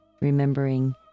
remembering